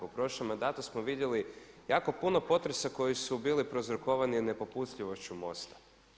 U prošlom mandatu smo vidjeli jako puno potresa koji su bili prouzrokovani nepopustljivošću MOST-a.